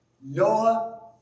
Noah